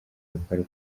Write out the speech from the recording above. bikorwa